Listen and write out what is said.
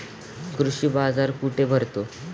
कृषी बाजार कुठे भरतो?